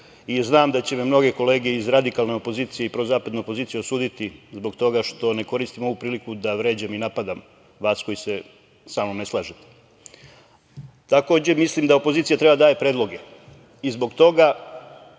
Znam da će me mnoge kolege iz radikalne opozicije i prozapadne opozicije osuditi zbog toga što ne koristim ovu priliku da vređam i napadam vas koji se sa mnom ne slažete. Takođe, mislim da opozicija treba da daje predloge i zbog toga,